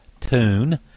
tune